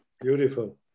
beautiful